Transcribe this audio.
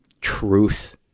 truth